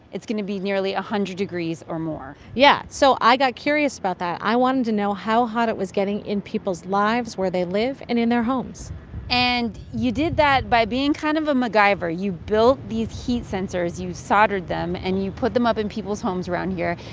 it's going to be nearly a hundred degrees or more yeah. so i got curious about that. i wanted to know how hot it was getting in people's lives, where they live and in their homes and you did that by being kind of a macgyver. you built these heat sensors. you soldered them, and you put them up in people's homes around here.